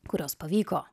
kuriuos pavyko